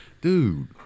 dude